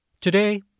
Today